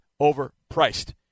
overpriced